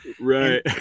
Right